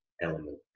element